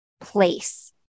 place